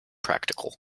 practical